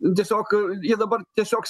tiesioj jie dabar tiesiog